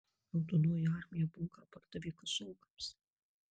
raudonoji armija bunką pardavė kazokams